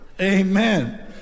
Amen